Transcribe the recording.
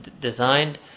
designed